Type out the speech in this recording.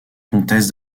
comtesse